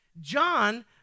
John